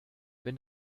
wenn